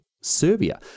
Serbia